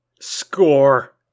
Score